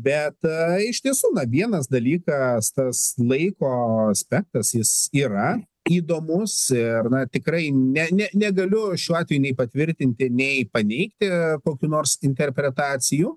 bet iš tiesų na vienas dalykas tas laiko aspektas jis yra įdomus ir na tikrai ne ne negaliu šiuo atveju nei patvirtinti nei paneigti kokių nors interpretacijų